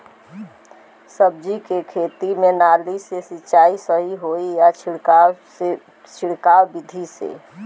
सब्जी के खेती में नाली से सिचाई सही होई या छिड़काव बिधि से?